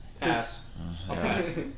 Pass